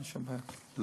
אין שום בעיה.